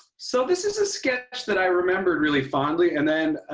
so, this is a sketch that i remembered really fondly. and then,